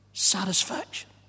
Satisfaction